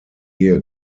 ehe